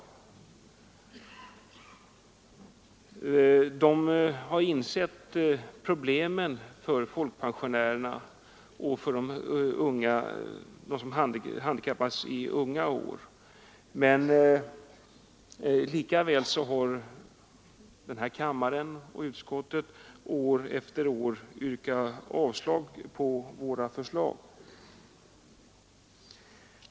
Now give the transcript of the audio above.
Utredningen har insett problemen för folkpensionärerna och för dem som handikappas i unga år. Likväl har denna kammare och utskottet år efter år yrkat avslag på våra förslag.